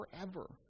forever